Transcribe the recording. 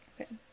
Okay